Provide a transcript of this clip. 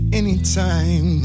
anytime